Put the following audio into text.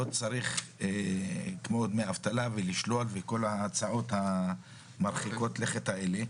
לא צריך כמו דמי אבטלה ולשלול וכל ההצעות המרחיקות לכת האלה.